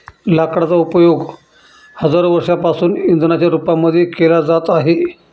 लाकडांचा उपयोग हजारो वर्षांपासून इंधनाच्या रूपामध्ये केला जात आहे